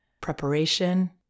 preparation